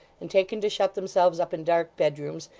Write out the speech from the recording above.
and taken to shut themselves up in dark bedrooms,